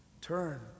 turn